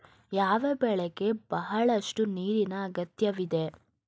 ಯಾವ ಬೆಳೆಗೆ ಬಹಳಷ್ಟು ನೀರಿನ ಅಗತ್ಯವಿದೆ?